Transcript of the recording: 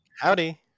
Howdy